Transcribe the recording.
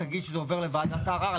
זה עובר לוועדת הערר.